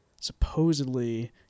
supposedly